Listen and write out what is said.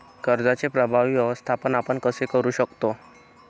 कर्जाचे प्रभावी व्यवस्थापन आपण कसे करु शकतो?